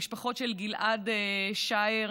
המשפחות של גיל-עד שער,